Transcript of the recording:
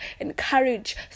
encourage